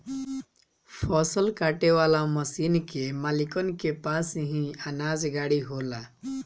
फसल काटे वाला मशीन के मालिकन के पास ही अनाज गाड़ी होला